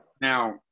Now